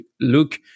look